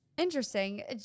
interesting